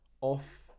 off